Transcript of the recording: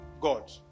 God